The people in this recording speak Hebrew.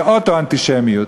זה אוטו-אנטישמיות,